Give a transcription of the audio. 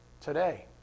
today